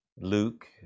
Luke